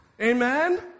Amen